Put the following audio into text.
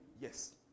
yes